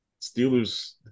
Steelers